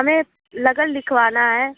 हमें लगन लिखवाना है